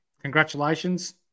Congratulations